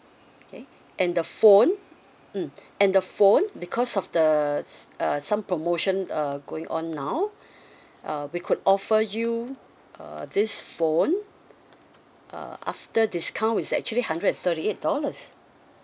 okay and the phone mm and the phone because of the uh some promotion uh going on now uh we could offer you uh this phone err after discount is actually hundred and thirty eight dollars